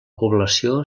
població